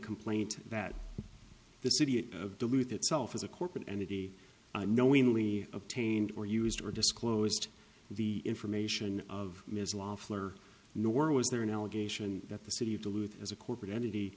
complaint that the city of duluth itself as a corporate entity knowingly obtained or used or disclosed the information of ms loffler nor was there an allegation that the city of duluth as a corporate entity